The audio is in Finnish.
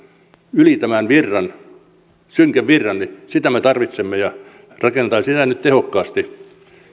yli tämän synkän virran me tarvitsemme rakennetaan sitä nyt tehokkaasti